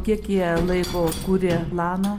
kiek jie laiko kūrė planą